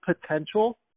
potential